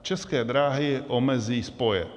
České dráhy omezí spoje.